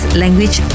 language